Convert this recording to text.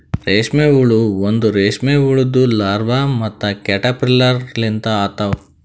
ರೇಷ್ಮೆ ಹುಳ ಒಂದ್ ರೇಷ್ಮೆ ಹುಳುದು ಲಾರ್ವಾ ಮತ್ತ ಕ್ಯಾಟರ್ಪಿಲ್ಲರ್ ಲಿಂತ ಆತವ್